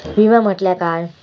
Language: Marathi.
विमा म्हटल्या काय?